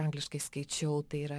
angliškai skaičiau tai yra